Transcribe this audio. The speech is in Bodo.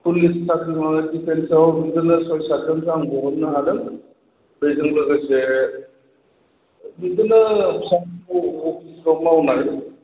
चल्लिसथा जोङो दिफेन्साव बिदिनो चय साथजोनजो आं बर'ननो हादों बेजों लोगोसे बिदिनो फिसा फिसौ जब मावनाय